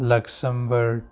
ꯂꯛꯁꯝꯕꯔ